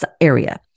area